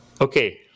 Okay